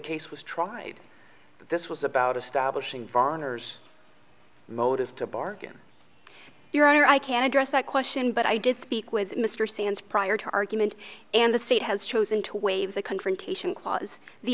case was tried that this was about establishing foreigners motive to bargain your honor i can address that question but i did speak with mr sands prior to argument and the state has chosen to waive the